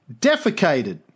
defecated